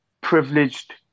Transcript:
privileged